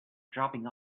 dropping